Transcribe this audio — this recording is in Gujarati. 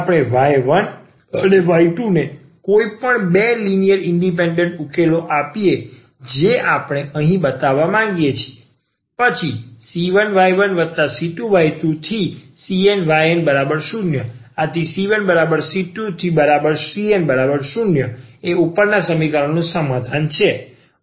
આપણે y 1 અને y 2 ને કોઈપણ 2 લિનિયર ઇન્ડિપેન્ડન્ટ ઉકેલો આપીએ જે આપણે અહીં બતાવવા માંગીએ છીએ પછી c1y1c2y2⋯cnyn0⇒c1c2⋯cn0 એ ઉપરના સમીકરણનું સમાધાન પણ છે અને આ c 1 અને c 2 અચળાંક છે